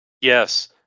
Yes